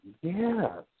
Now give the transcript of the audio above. yes